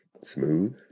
Smooth